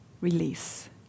release